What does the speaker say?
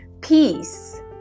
peace